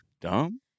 dumb